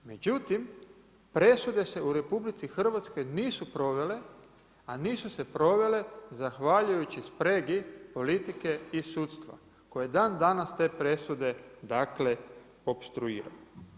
Međutim, presude se u RH nisu provele, a nisu se provele zahvaljujući spregi politike i sudstva koje dandanas te presude opstruira.